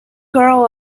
girl